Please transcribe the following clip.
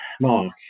mark